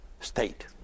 state